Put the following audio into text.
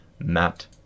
Matt